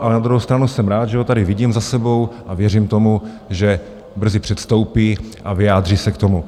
Ale na druhou stranu jsem rád, že ho tady vidím za sebou, a věřím tomu, že brzy předstoupí a vyjádří se k tomu.